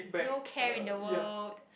no care in the world